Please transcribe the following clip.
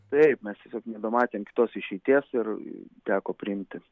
taip mes tiesiog nebematėm kitos išeities ir teko priimti